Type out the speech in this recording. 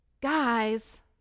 guys